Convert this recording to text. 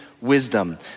wisdom